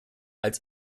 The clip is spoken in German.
als